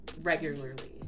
regularly